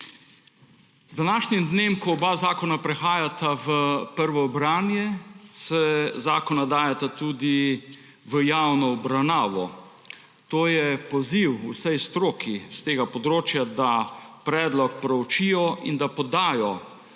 Z današnjim dnem, ko oba zakona prehajata v prvo branje, se zakona dajeta tudi v javno obravnavo. To je poziv vsem strokam s tega področja, da predlog proučijo in da podajo vse